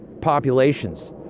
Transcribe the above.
populations